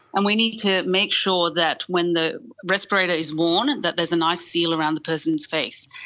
and we need to make sure that when the respirator is worn that there is a nice seal around the person's face,